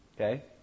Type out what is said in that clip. Okay